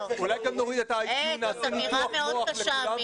להיפך --- זו אמירה מאוד קשה,